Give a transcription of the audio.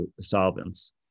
solvents